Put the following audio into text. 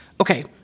Okay